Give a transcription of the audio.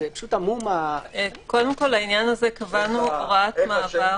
קבענו הוראת מעבר